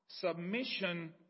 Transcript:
submission